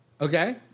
Okay